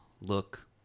look